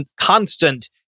constant